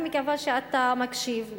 אני מקווה שאתה מקשיב לי.